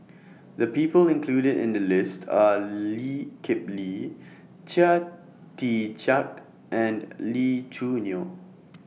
The People included in The list Are Lee Kip Lee Chia Tee Chiak and Lee Choo Neo